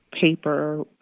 Paper